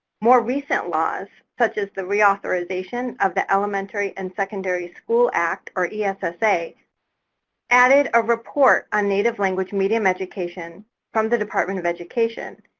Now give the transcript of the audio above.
more recent laws, such as the reauthorization of the elementary and secondary school act or essa added a report on native language medium education from the department of education,